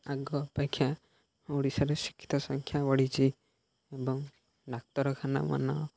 ଆଗ ଅପେକ୍ଷା ଓଡ଼ିଶାରେ ଶିକ୍ଷିତ ସଂଖ୍ୟା ବଢ଼ିଛି ଏବଂ ଡାକ୍ତରଖାନାମାନ